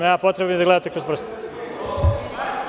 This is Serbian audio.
Nema potrebe da mi gledate kroz prste.